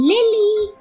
Lily